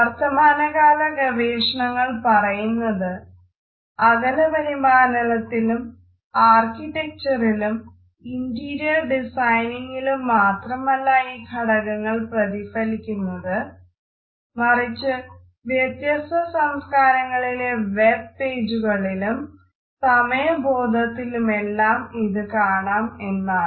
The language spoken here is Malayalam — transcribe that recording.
വർത്തമാനകാല ഗവേഷണങ്ങൾ പറയുന്നത് അകല പരിപാലനത്തിലും ആർക്കിടെക്ച്ചറിലും മാത്രമല്ല ഈ ഘടകങ്ങൾ പ്രതിഫലിക്കുന്നത് മറിച്ച് വ്യത്യസ്ത സംസ്കാരങ്ങളിലെ വെബ് പേജുകളിലും സമയ ബോധത്തിലുമെല്ലാം ഇത് കാണാം എന്നാണ്